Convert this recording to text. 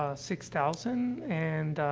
ah six thousand, and,